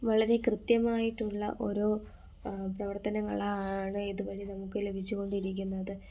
വളരേ കൃത്യമായിട്ടുള്ള ഒരൂ പ്രവർത്തനങ്ങളാണ് ഇതുവഴി നമുക്ക് ലഭിച്ചുകൊണ്ടിരിക്കുന്നത്